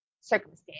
circumstance